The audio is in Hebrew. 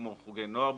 כמו חוגי נוער בסיכון.